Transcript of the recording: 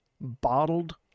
bottled